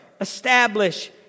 establish